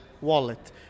wallet